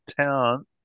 town